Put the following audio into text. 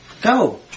go